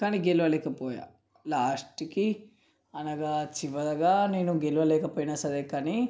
కానీ గెలవలేకపోయా లాస్ట్కి అనగా చివరగా నేను గెలవలేకపోయినా సరే కానీ